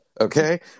Okay